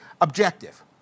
objective